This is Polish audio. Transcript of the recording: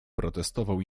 protestował